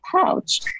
pouch